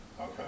Okay